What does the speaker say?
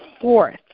fourth